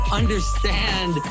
understand